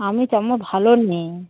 আমি তেমন ভালো নেই